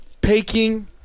Peking